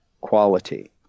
quality